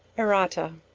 errata.